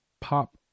pop